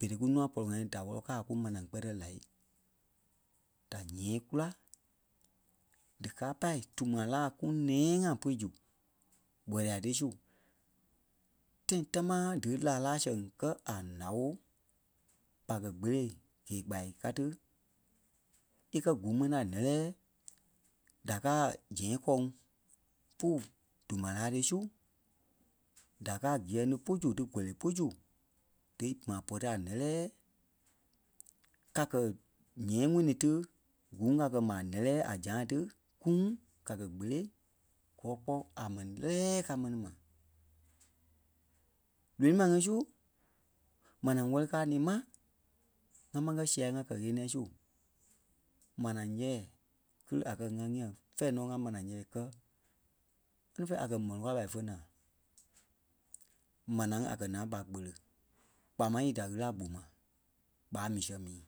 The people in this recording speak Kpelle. Berei kunûa pɔlɔ-ŋai da wɔ́lɔ ka ku manaa kpɛtɛ lai, da ǹyɛ̃ɛ kula díkaa pâi tumaa laa kuŋ nɛ̃ɛ ŋai pui zu kpɔlɔ-ya tí su. Tãi tamaa dí laa laa sɛŋ kɛ̀ a nào ɓa kɛ́ kpele gei-kpa káa ti é kɛ́ kuŋ mɛni a lɛ́lɛɛ da káa a zɛ̃ɛ-gɔŋ pu tumaa-laa ti su da káa kiyɛŋ ti pú su dí kɔ̀lɛɛ pú di pɔtɛ a nɛlɛɛ. Ka kɛ̀ ǹyɛ̃ɛ ŋunuu tí kuŋ a kɛ́ maa a nɛlɛɛ a zãa ti kuŋ ka kɛ́ kpele gɔɔ kpɔ́ a mɛni lɛlɛɛ ka mɛni mai. Lonii maa ŋí su manaa wɛli kaa ni mai ŋa máŋ kɛ sia ŋa kɛ-ɣeniɛi su manaa ɣɛ̂ɛ kili a kɛ ŋá fɛ̂ɛ nɔ ŋa manaa ɣɛɛ kɛ̀ kili fe a kɛ̀ mɔlɔŋ kao ɓa fé naa. Manaa a kɛ́ naa ɓa kpele kpaa máŋ í da ɣili a gboma ɓa mii sɛŋ mii.